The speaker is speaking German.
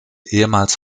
ehemals